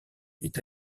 est